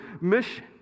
mission